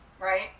Right